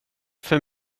för